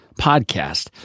podcast